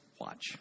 watch